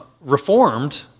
Reformed